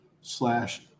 slash